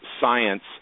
science